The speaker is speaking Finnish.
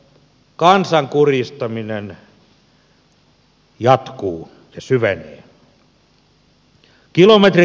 kansan kurjistaminen jatkuu ja syvenee